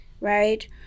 right